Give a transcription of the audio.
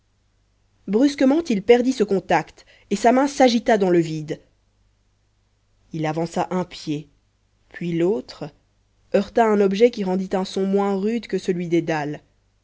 brusquement il perdit ce contact et sa main s'agita dans le vide il avança un pied puis l'autre heurta un objet qui rendit un son moins rude que celui des dalles